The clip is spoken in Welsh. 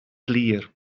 glir